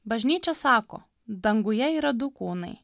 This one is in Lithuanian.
bažnyčia sako danguje yra du kūnai